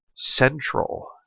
Central